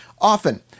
Often